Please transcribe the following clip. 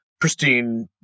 pristine